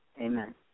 Amen